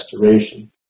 restoration